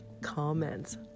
comments